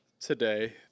today